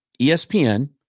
ESPN